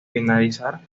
finalizar